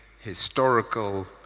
historical